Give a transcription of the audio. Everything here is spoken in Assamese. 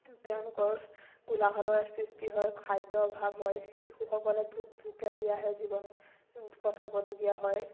তেওঁলোকৰ কোলাহলৰ সৃষ্টি হয় খাদ্যৰ অভাৱ হয় শিশুসকলে ভো ভোকে পিয়াহে জীৱন কটাবলগীয়া হয়